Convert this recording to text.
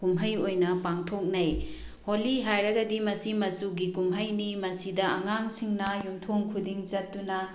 ꯀꯨꯝꯍꯩ ꯑꯣꯏꯅ ꯄꯥꯡꯊꯣꯛꯅꯩ ꯍꯣꯂꯤ ꯍꯥꯏꯔꯒꯗꯤ ꯃꯁꯤ ꯃꯆꯨꯒꯤ ꯀꯨꯝꯍꯩꯅꯤ ꯃꯁꯤꯗ ꯑꯉꯥꯡꯁꯤꯡꯅ ꯌꯨꯝꯊꯣꯡ ꯈꯨꯗꯤꯡ ꯆꯠꯇꯨꯅ